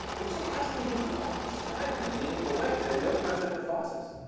it was surprisingly difficult to describe it in a meaningful way because they had no concept for fossils.